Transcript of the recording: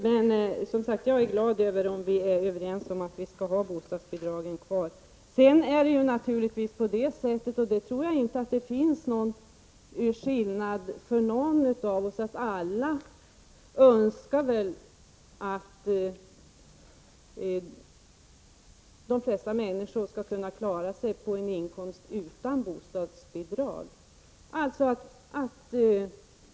Jag är, som sagt, glad över att vi är överens om att det skall finnas möjligheter att få bostadsbidrag även i fortsättningen. Naturligtvis — för där skiljer vi oss väl inte — önskar vi alla att de flesta människor skall kunna klara sig på sin lön och slippa vara beroende av bostadsbidrag.